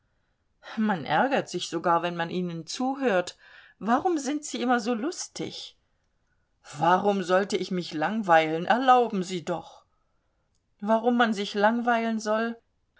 man ärgert sich sogar wenn man ihnen zuhört warum sind sie immer so lustig warum sollte ich mich langweilen erlauben sie doch warum man sich langweilen soll